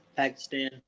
Pakistan